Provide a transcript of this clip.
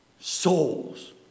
souls